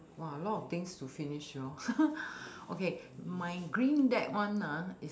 !wah! a lot of things to finish you know okay my green deck one ah